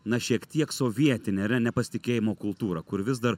na šiek tiek sovietinė yra nepasitikėjimo kultūra kur vis dar